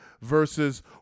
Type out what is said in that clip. versus